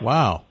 Wow